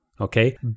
Okay